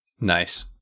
Nice